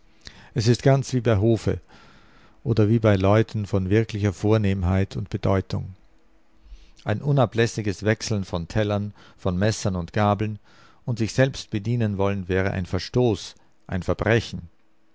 es ist ganz wie bei hofe oder wie bei leuten von wirklicher vornehmheit und bedeutung ein unablässiges wechseln von tellern von messern und gabeln und sich selbst bedienen wollen wäre ein verstoß verbrechen